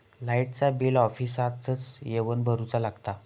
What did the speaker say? लाईटाचा बिल ऑफिसातच येवन भरुचा लागता?